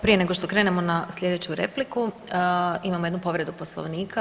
Prije nego što krenemo na sljedeću repliku imamo jednu povredu Poslovnika.